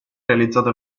realizzate